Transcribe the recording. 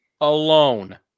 Alone